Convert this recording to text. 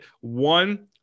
one